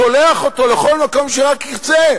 שולח אותו לכל מקום שרק ירצה,